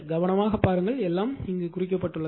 கவனமாக பாருங்கள் எல்லாம் குறிக்கப்பட்டுள்ளது